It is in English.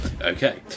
Okay